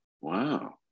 wow